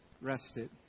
rested